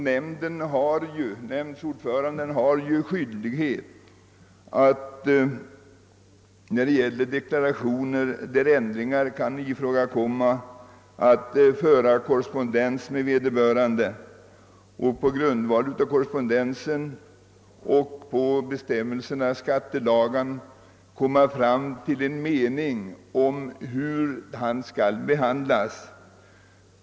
Nämndens ordförande har ju skyldighet att beträffande deklarationer, i vilka ändringar kan bli aktuella, föra en korrespondens med vederbörande skattskyldig och att på grundval av denna korrespondens och bestämmelserna i skattelagarna skapa sig en uppfattning om hur man skall handla.